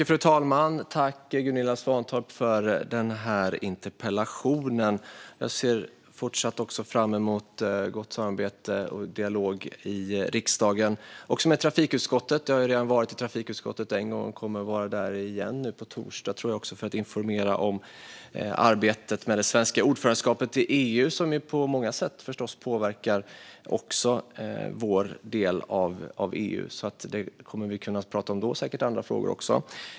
Fru talman! Tack till Gunilla Svantorp för interpellationen! Jag ser fram emot ett gott samarbete och dialog med riksdagen - också med trafikutskottet. Jag har redan varit en gång i trafikutskottet och kommer att vara där igen nu på torsdag, tror jag, för att informera om arbetet med det svenska ordförandeskapet i EU som ju förstås också på många sätt påverkar vår del av EU. Då kan vi nog prata mer om detta och säkert även andra frågor.